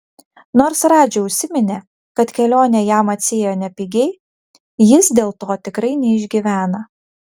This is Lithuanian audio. nors radži užsiminė kad kelionė jam atsiėjo nepigiai jis dėl to tikrai neišgyvena